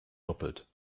doppelt